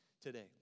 today